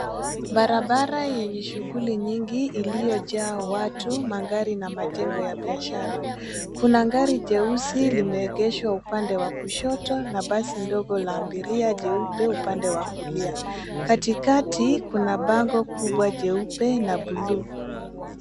Barabara yenye shughuli nyingi iliyojaa watu, magari na majengo ya biashara. Kuna gari jeusi limeegeshwa upande wa kushoto na basi ndogo la abiria jeupe upande wa kulia. Katikati kuna bango kubwa jeupe na bluu.